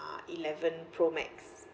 eleven pro max